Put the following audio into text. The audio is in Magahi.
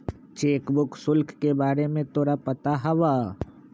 चेक बुक शुल्क के बारे में तोरा पता हवा?